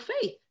faith